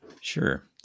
sure